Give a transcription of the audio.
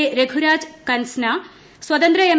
A Raghuraj Kansana സ്വതന്ത്ര M